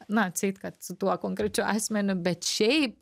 na atseit kad su tuo konkrečiu asmeniu bet šiaip